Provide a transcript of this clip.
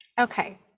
Okay